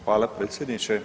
Hvala predsjedniče.